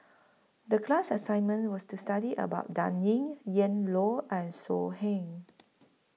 The class assignment was to study about Dan Ying Ian Loy and So Heng